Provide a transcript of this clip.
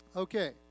Okay